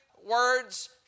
words